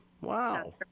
wow